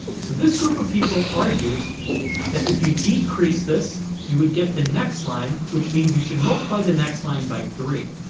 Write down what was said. so this group of people argues that if you decrease this you would get the next line, which means you should multiply the next line by three.